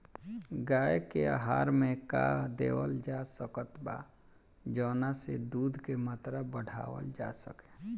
गाय के आहार मे का देवल जा सकत बा जवन से दूध के मात्रा बढ़ावल जा सके?